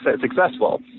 successful